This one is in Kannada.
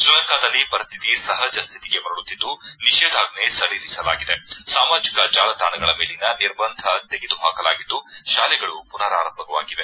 ಶ್ರೀಲಂಕಾದಲ್ಲಿ ಪರಿಸ್ಥಿತಿ ಸಹಜ ಸ್ಥಿತಿಗೆ ಮರಳುತ್ತಿದ್ದು ನಿಷೇಧಾಜ್ಜೆ ಸಡಿಲಿಸಲಾಗಿದೆ ಸಾಮಾಜಿಕ ಜಾಲತಾಣಗಳ ಮೇಲಿನ ನಿರ್ಬಂಧ ತೆಗೆದು ಹಾಕಲಾಗಿದ್ದು ಶಾಲೆಗಳು ಪುನರಾರಂಭವಾಗಿವೆ